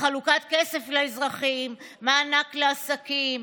לחלוקת כסף לאזרחים: מענק לעסקים,